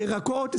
זה ירקות,